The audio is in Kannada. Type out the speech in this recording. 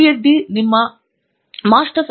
ಪ್ರೊಫೆಸರ್ ಆಂಡ್ರ್ಯೂ ಥಂಗರಾಜ ಆದ್ದರಿಂದ ಮನಸ್ಸಿನಲ್ಲಿಡಿ